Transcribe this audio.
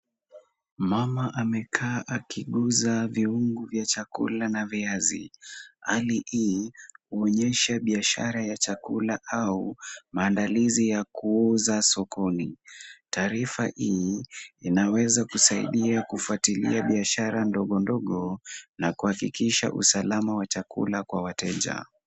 Mama amekaa akiguza viungo vya chakula na viazi. Hali hii huonyesha biashara ya chakula au maandalizi ya kuuza sokoni. Taarifa hii, inaweza kusaidia kufuatilia biashara ndogo ndogo na kuhakikisha usalama wa chakula kwa wateja.